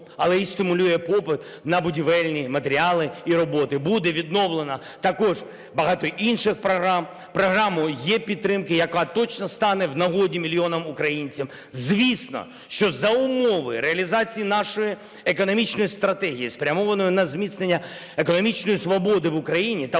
але і стимулює попит на будівельні матеріали і роботи. Буде відновлено також багато інших програм, програму "єПідтримка", яка точно стане в нагоді мільйонам українців. Звісно, що за умови реалізації нашої економічної стратегії, спрямованої на зміцнення економічної свободи в Україні та